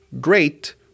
great